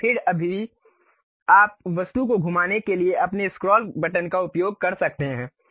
अब फिर भी आप वस्तु को घुमाने के लिए अपने स्क्रॉल बटन का उपयोग कर सकते हैं